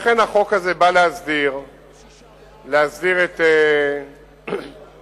החוק הזה בא להסדיר את הנושא,